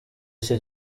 iki